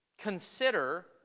consider